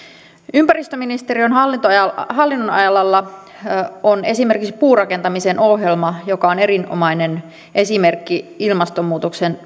ympäristöministeriön hallinnonalalla on esimerkiksi puurakentamisen ohjelma joka on erinomainen esimerkki ilmastonmuutoksen